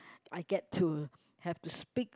I get to have to speak